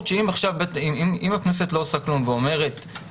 והם אמורים גם לבדוק את הנושא של חריגה מסמכות.